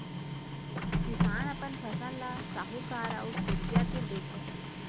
किसान अपन फसल ल साहूकार अउ कोचिया तीर बेचय